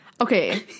Okay